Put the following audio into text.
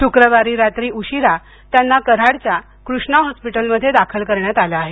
शुक्रवारी रात्री उशिरा त्यांना कराडच्या कृष्णा हॉस्पीटलमध्ये दाखल करण्यात आले आहे